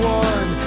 one